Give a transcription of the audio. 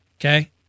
Okay